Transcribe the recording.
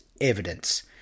evidence